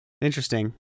interesting